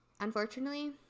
unfortunately